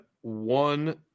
one